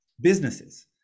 businesses